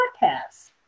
podcast